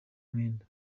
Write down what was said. mwenda